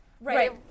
Right